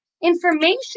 information